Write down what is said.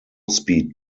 speed